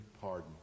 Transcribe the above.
pardon